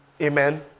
Amen